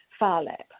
Farlap